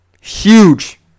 huge